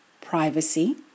privacy